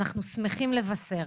אנחנו שמחים לבשר